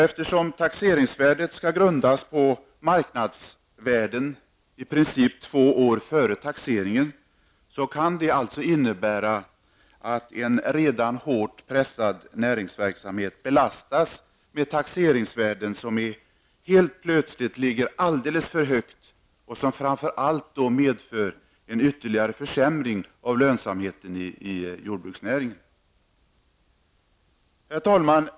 Eftersom taxeringsvärdet skall grundas på marknadsvärdet två år före taxering, kan det innebära att en redan hårt pressad näringsverksamhet belastas med taxeringsvärden som helt plötsligt ligger alldeles för högt och framför allt medför en ytterligare försämring av lönsamheten i jordbruksnäringen. Herr talman!